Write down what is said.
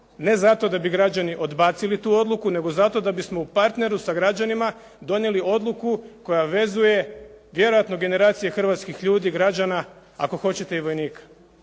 ne zato da bi građani odbacili tu odluku, nego zato da bismo u partneru sa građanima donijeli odluku koja vezuje vjerojatno generacije hrvatskih ljudi, građana, ako hoćete i vojnika.